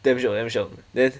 damn shiok damn shiok then